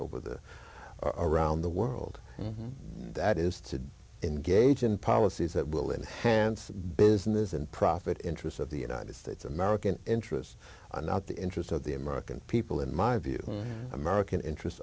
over the around the world that is to engage in policies that will enhance the business and profit interests of the united states american interests not the interests of the american people in my view american interests